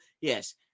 Yes